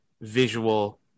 visual